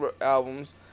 albums